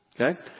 okay